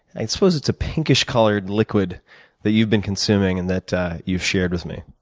i suppose it's a pinkish colored liquid that you've been consuming and that you've shared with me.